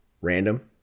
random